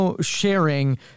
sharing